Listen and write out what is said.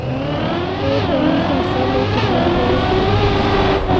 एक दही सरसों में कितना तेल निकलता है?